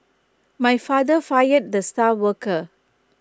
my father fired the star worker